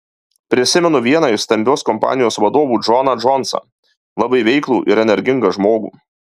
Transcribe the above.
prisimenu vieną iš stambios kompanijos vadovų džoną džonsą labai veiklų ir energingą žmogų